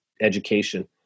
education